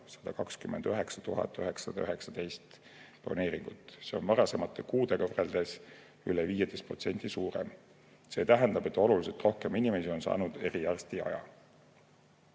129 919 broneeringut. See on varasemate kuudega võrreldes üle 15% suurem. See tähendab, et oluliselt rohkem inimesi on saanud eriarsti